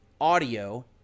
audio